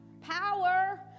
power